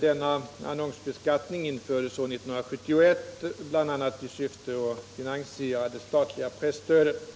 Denna annonsbeskattning infördes år 1971 bl.a. i syfte att finansiera det statliga presstödet.